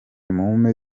mumpe